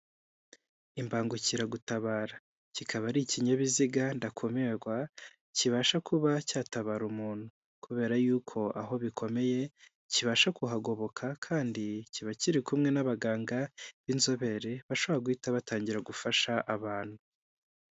Imbangukiragutabara kikaba ari ikinyabiziga ndakumirwa kibasha kuba cyatabara umuntu kubera yuko aho bikomeye kibasha kuhagoboka kandi kiba kiri kumwe n'abaganga b'inzobere bashobora guhita batangira gufasha abantu.